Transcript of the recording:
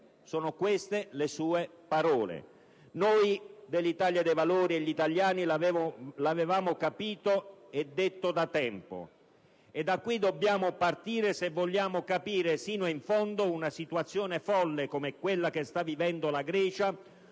Sono queste le sue parole. Noi dell'Italia dei Valori e gli italiani l'avevamo capito e detto da tempo. E da qui dobbiamo partire se vogliamo capire sino in fondo una situazione folle come quella che sta vivendo la Grecia,